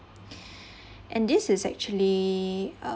and this is actually uh